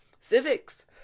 Civics